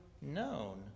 known